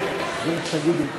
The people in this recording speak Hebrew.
לשנת התקציב 2016,